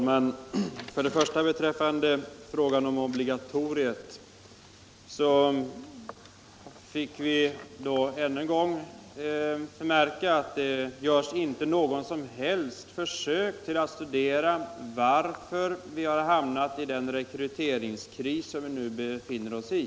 Herr talman! Vad först beträffar frågan om obligatoriet kunde vi ännu en gång konstatera att det inte görs något som helst försök att studera varför vi har hamnat i den rekryteringskris som vi nu befinner oss i.